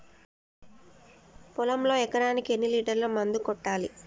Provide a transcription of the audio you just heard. పొలంలో ఎకరాకి ఎన్ని లీటర్స్ మందు కొట్టాలి?